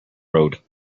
road